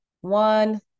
one